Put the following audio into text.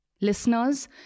Listeners